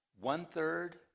One-third